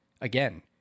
Again